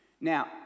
Now